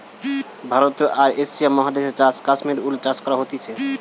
ভারতে আর এশিয়া মহাদেশে চাষ কাশ্মীর উল চাষ করা হতিছে